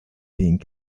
being